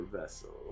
Vessel